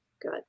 Good